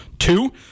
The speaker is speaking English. Two